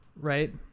right